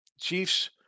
Chiefs